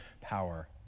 power